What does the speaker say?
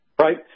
Right